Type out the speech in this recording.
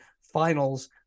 finals